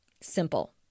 Simple